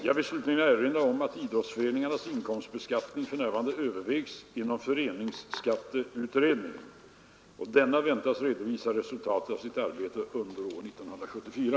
Jag vill slutligen erinra om att idrottsföreningarnas inkomstbeskattning för närvarande övervägs inom föreningsskatteutredningen. Denna väntas redovisa resultatet av sitt arbete under år 1974.